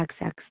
XX